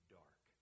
dark